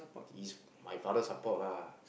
is my father support lah